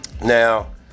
Now